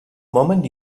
moment